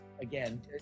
Again